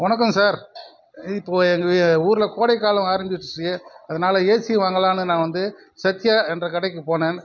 வணக்கம் சார் இப்போது எங்கள் ஊரில் கோடைக்காலம் ஆரமிச்சுருச்சி அதனால் ஏசி வாங்கலாம்னு நான் வந்து சத்யா என்ற கடைக்கு போனேன்